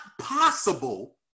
possible